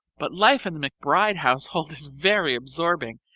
but life in the mcbride household is very absorbing,